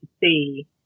see